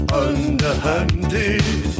underhanded